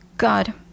God